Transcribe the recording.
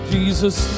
Jesus